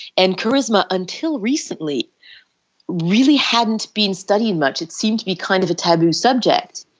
and charisma until recently really hadn't been studied much. it seemed to be kind of a taboo subject.